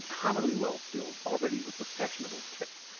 uncommonly well filled already with the fashionable tip.